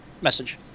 message